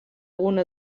una